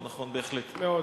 נכון, נכון, בהחלט.